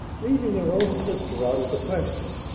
leaving her own sister out of the question?